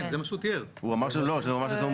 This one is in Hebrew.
הוא אמר שזה מה שהוא מציע.